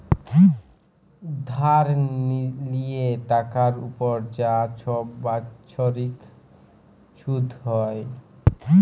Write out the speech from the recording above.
ধার লিয়ে টাকার উপর যা ছব বাচ্ছরিক ছুধ হ্যয়